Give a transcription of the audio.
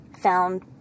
found